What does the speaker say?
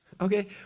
Okay